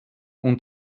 und